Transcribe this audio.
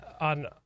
on